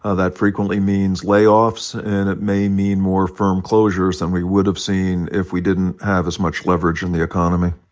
ah that frequently means layoffs, and it may mean more firm closures than we would have seen if we didn't have as much leverage in the economy.